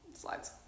slides